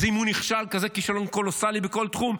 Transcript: אז אם הוא נכשל כזה כישלון קולוסלי בכל תחום,